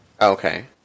Okay